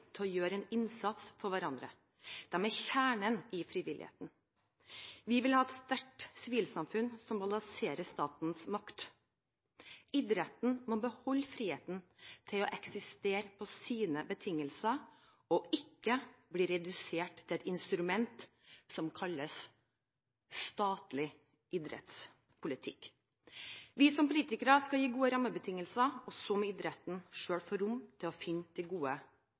til å gjøre en innsats for hverandre, det viktigste. De er kjernen i frivilligheten. Vi vil ha et sterkt sivilsamfunn som balanserer statens makt. Idretten må beholde friheten til å eksistere på sine betingelser og ikke bli redusert til et instrument som kalles statlig idrettspolitikk. Vi som politikere skal gi gode rammebetingelser, og så må idretten selv få rom til å finne de gode